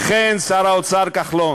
אכן, שר האוצר כחלון,